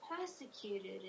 persecuted